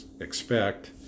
expect